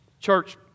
church